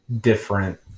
different